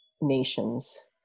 nations